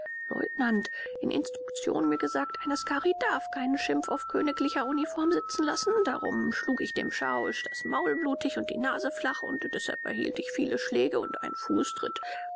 in instruktion mir gesagt ein askari darf keinen schimpf auf königlicher uniform sitzen lassen darum schlug ich dem schauisch das maul blutig und die nase flach und deshalb erhielt ich viele schläge und einen fußtritt